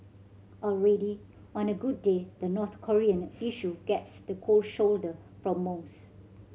already on a good day the North Korean issue gets the cold shoulder from most